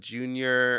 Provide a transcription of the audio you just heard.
Junior